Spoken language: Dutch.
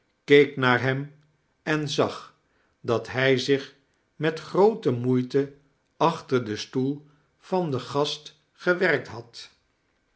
keek noar hem en zag dat hij zieb met groote moeite aehter den stoel vsin den gast geworkt had